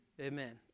Amen